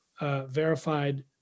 verified